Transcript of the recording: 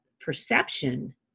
perception